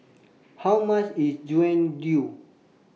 How much IS Jian Dui